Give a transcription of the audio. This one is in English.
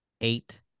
eight